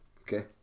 okay